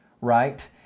right